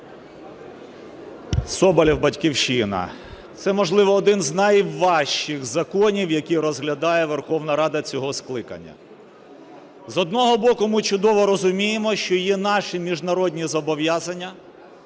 Соболєв, "Батьківщина". Це, можливо, один з найважчих законів, які розглядає Верховна Рада цього скликання. З одного боку, ми чудово розуміємо, що є наші міжнародні зобов'язання,